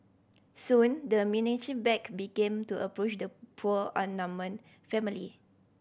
soon the menacing back began to approach the poor outnumbered family